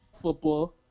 football